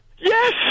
yes